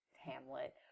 Hamlet